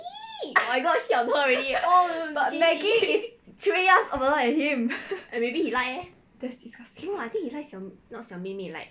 but maggie is three years older than him that's disgusting